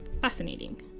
fascinating